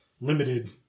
limited